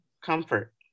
comfort